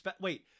wait